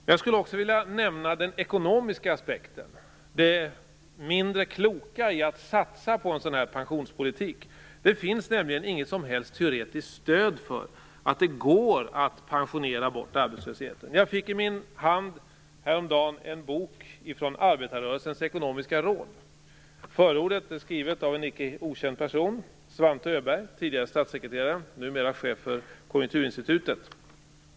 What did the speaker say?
Jag skulle också vilja nämna den ekonomiska aspekten, det mindre kloka i att satsa på en sådan här pensionspolitik. Det finns nämligen inget som helst teoretiskt stöd för att det går att pensionera bort arbetslösheten. Häromdagen fick jag i min hand en bok från Arbetarrörelsens Ekonomiska Råd. Förordet är skrivet av en icke okänd person, Svante Öberg. Han var tidigare statssekreterare. Numera är han chef för Konjunkturinstitutet.